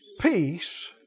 peace